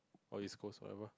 or East Coast or whatever